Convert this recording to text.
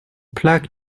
plaque